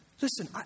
Listen